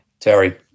Terry